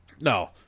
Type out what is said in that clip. No